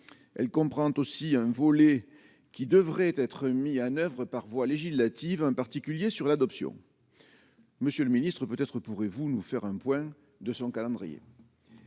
elle comprend aussi un volet qui devrait être mis en oeuvre par voie législative, en particulier sur l'adoption. Monsieur le Ministre, peut-être pourrez-vous nous faire un point de son calendrier.